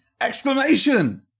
Exclamation